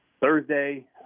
Thursday